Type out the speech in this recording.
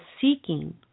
seeking